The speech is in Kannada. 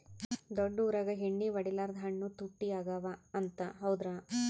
ದೊಡ್ಡ ಊರಾಗ ಎಣ್ಣಿ ಹೊಡಿಲಾರ್ದ ಹಣ್ಣು ತುಟ್ಟಿ ಅಗವ ಅಂತ, ಹೌದ್ರ್ಯಾ?